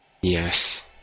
Yes